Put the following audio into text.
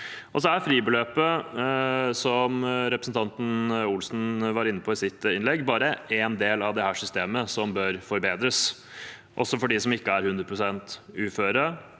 Fribeløpet, som representanten Olsen var inne på i sitt innlegg, er bare én del av dette systemet som bør forbedres. Også for dem som ikke er 100 pst.